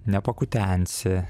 ne pakutensi